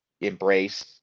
embrace